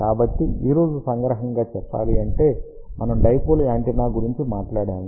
కాబట్టి ఈ రోజు సంగ్రహంగా చెప్పాలంటే మనము డైపోల్ యాంటెన్నా గురించి మాట్లాడాము